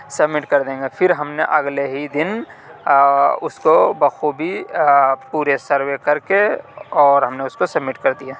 submit کر دیں گے پھر ہم نے اگلے ہی دن اس کو بخوبی پورے سروے کر کے اور ہم نے اس کو سبمٹ کر دیا